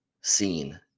seen